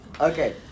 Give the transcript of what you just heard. Okay